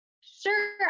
Sure